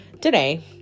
today